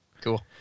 cool